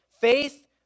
faith